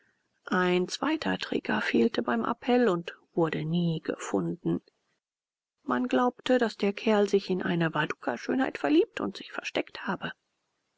ein zweiter träger fehlte beim appell und wurde nie gefunden man glaubte daß der kerl sich in eine wadukaschönheit verliebt und sich versteckt habe